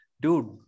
Dude